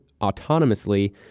autonomously